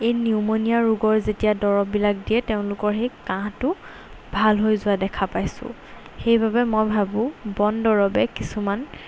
এই নিউমনীয়া ৰোগৰ যেতিয়া দৰৱবিলাক দিয়ে তেওঁলোকৰ সেই কাহটো ভাল হৈ যোৱা দেখা পাইছোঁ সেইবাবে মই ভাবোঁ বন দৰৱে কিছুমান